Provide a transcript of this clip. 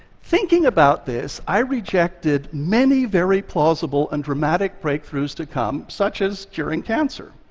thinking about this, i rejected many very plausible and dramatic breakthroughs to come, such as curing cancer.